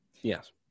Yes